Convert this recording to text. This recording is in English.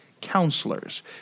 counselors